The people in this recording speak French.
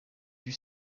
dut